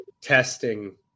testing